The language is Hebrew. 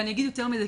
ואני אגיד יותר מזה,